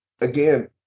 again